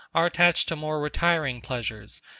are attached to more retiring pleasures,